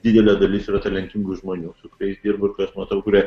didelė dalis yra talentingų žmonių su kuriais dirbu ir kai aš matau kurie